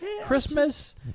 Christmas